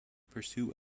pursue